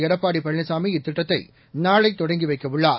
எடப்பாடி பழனிசாமி இத்திட்டத்தை நாளை தொடங்கிவைக்க உள்ளார்